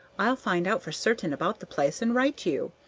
i'll find out for certain about the place, and write you.